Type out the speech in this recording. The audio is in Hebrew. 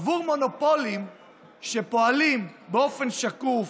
עבור מונופולים שפועלים באופן שקוף,